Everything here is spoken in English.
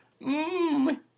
Mmm